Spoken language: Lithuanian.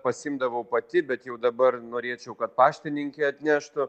pasiimdavau pati bet jau dabar norėčiau kad paštininkė atneštų